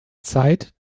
zeit